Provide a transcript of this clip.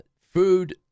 Food